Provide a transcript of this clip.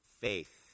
faith